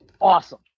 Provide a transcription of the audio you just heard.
Awesome